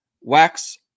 wax